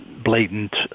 blatant